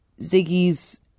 Ziggy's